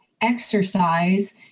exercise